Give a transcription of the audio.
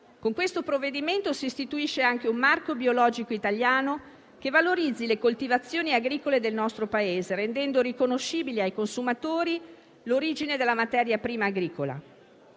Con questo provvedimento si istituisce anche un marchio biologico italiano che valorizza le coltivazioni agricole del nostro Paese, rendendo riconoscibile ai consumatori l'origine della materia prima agricola.